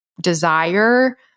desire